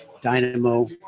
Dynamo